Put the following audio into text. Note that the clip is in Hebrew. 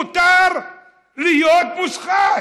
מותר להיות מושחת,